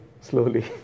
slowly